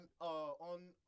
on